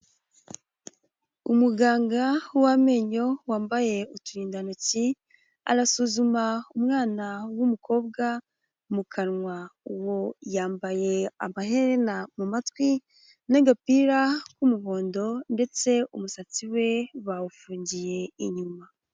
Umuganga w' amenyo, wambaye uturindantoki, arasuzuma umwana w'umukobwa mu kanwa. Uwo yambaye amaherena mu matwi n'agapira k'umuhondo ndetse umusatsi we bawufungiye inyuma.